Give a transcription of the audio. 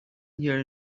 here